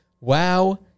wow